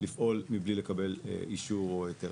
לפעול מבלי לקבל אישור או היתר.